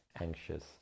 anxious